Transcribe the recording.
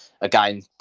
again